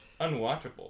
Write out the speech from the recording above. unwatchable